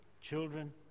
children